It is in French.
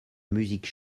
musique